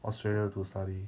australia to study